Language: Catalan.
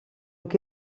que